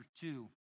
two